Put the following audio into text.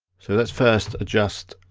so let's first adjust